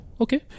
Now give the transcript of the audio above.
Okay